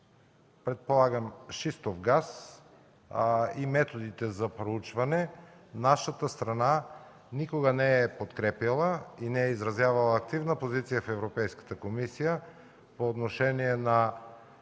предполагам – шистов газ и методите за проучване, нашата страна никога не е подкрепяла и не е изразявала активна позиция в Европейската комисия по отношение на